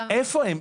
איפה הם?